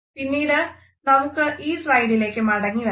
പിന്നീട് നമുക്ക് ഈ സ്ലൈഡിലേക്ക് മടങ്ങിവരാം